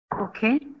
Okay